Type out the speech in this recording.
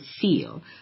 feel